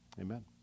Amen